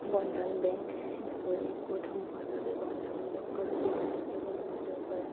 বন্ধন bank সেনেকৈ গোটসমূহৰ বাবে বন্ধন বেংকৰ সুবিধা আছে গভমেণ্টৰ পৰা